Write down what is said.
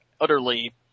utterly